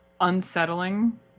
unsettling